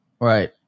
Right